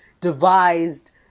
devised